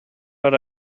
but